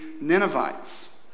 ninevites